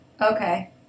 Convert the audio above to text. Okay